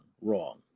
wrong